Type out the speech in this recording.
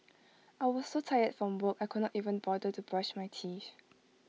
I was so tired from work I could not even bother to brush my teeth